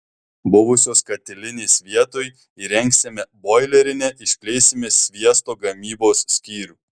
buvusios katilinės vietoj įrengsime boilerinę išplėsime sviesto gamybos skyrių